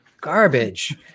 garbage